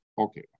Okay